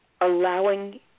allowing